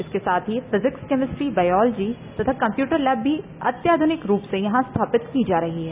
इसके साथ ही फिजिक्स केमेस्ट्री बायोलॉजी तथा कंप्यूटर लैब भी आधुनिकतम रूप में स्थापित की जा रही है